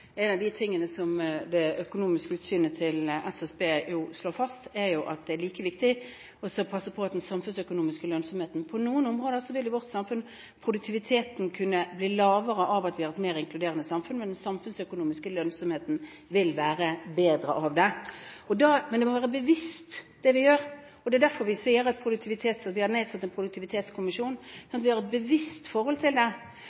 En av de tingene som SSBs Økonomiske utsyn slår fast, er at det er like viktig å passe på den samfunnsøkonomiske lønnsomheten. På noen områder vil produktiviteten i vårt samfunn kunne bli lavere av at vi har hatt et mer inkluderende samfunn, men den samfunnsøkonomiske lønnsomheten vil være bedre på grunn av det. Men det vi gjør, må være bevisst. Det er derfor vi har nedsatt en produktivitetskommisjon, slik at vi har et bevisst forhold til det. I den forrige perioden, den perioden vi har